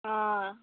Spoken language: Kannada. ಹಾಂ